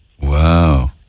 Wow